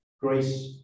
grace